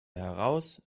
heraus